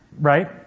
Right